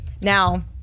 now